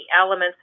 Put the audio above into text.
elements